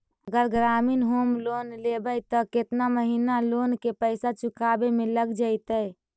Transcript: अगर ग्रामीण home loan लेबै त केतना महिना लोन के पैसा चुकावे में लग जैतै?